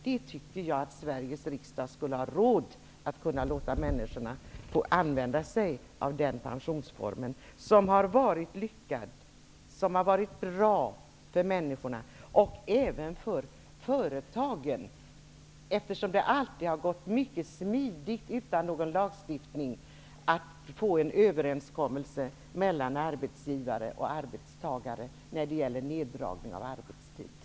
Jag tycker att Sveriges riksdag skulle ha råd att låta människor få använda sig av denna pensionsform som har varit lyckad och bra för människorna och även för företagen, eftersom det alltid har gått mycket smidigt utan någon lagstiftning att få en överenskommelse mellan arbetsgivare och arbetstagare när det gäller neddragning av arbetstiden.